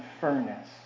furnace